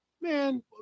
Man